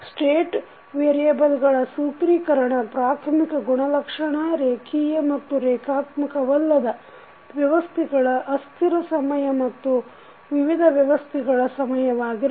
state ವೇರಿಯಬಲ್ಗಳ ಸೂತ್ರಿಕರಣ ಪ್ರಾಥಮಿಕ ಗುಣಲಕ್ಷಣ ರೇಖಿಯ ಮತ್ತು ರೇಖಾತ್ಮಕವಲ್ಲದ ವ್ಯವಸ್ಥೆಗಳ ಅಸ್ಥಿರ ಸಮಯ ಮತ್ತು ವಿವಿಧ ವ್ಯವಸ್ಥೆಗಳ ಸಮಯವಾಗಿರುತ್ತದೆ